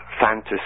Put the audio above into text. fantasy